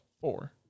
four